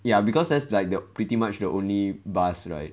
ya because that's like the pretty much the only bus right